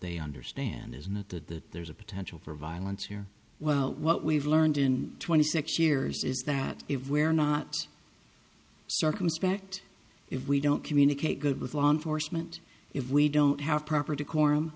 they understand is not that there's a potential for violence here well what we've learned in twenty six years is that if where not circumspect if we don't communicate good with law enforcement if we don't have proper decorum